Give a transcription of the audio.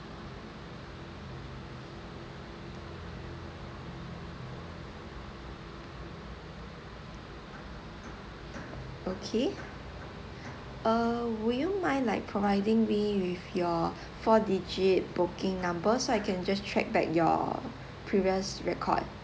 okay uh will you mind like providing me with your four digit booking number so I can just track back your previous record